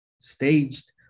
staged